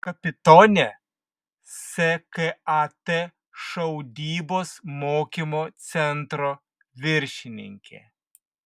kapitonė skat šaudybos mokymo centro viršininkė